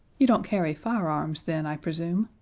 you don't carry firearms, then, i presume?